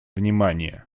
внимание